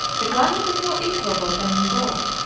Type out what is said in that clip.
the climate is more equable than in gaul,